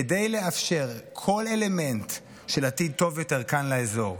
כדי לאפשר כל אלמנט של עתיד טוב יותר כאן לאזור,